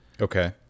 Okay